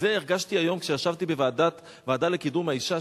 את זה הרגשתי היום כשישבתי בוועדה לקידום מעמד האשה,